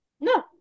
No